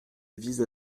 vise